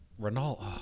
Ronaldo